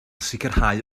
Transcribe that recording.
sicrhau